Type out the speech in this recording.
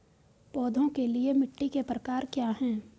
पौधों के लिए मिट्टी के प्रकार क्या हैं?